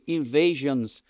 invasions